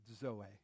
zoe